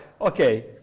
Okay